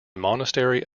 monastery